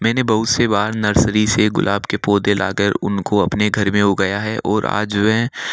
मैंने बहुत से बाहर नर्सरी से गुलाब के पौधे लाकर उनको अपने घर में उगाया है ओर आज वह